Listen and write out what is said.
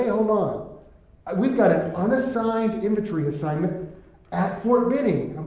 hey, hold on. we've got an unassigned infantry assignment at fort benning.